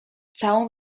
całą